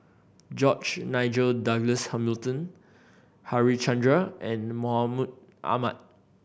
George Nigel Douglas Hamilton Harichandra and Mahmud Ahmad